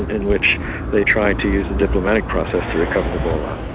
in which they try to use a diplomatic process to recover the golan.